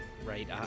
right